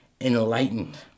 enlightened